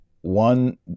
one